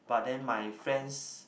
but then my friends